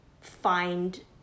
find